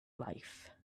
life